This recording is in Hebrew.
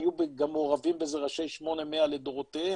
היו גם מעורבים בזה ראשי 8100 לדורותיהם